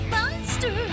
Monster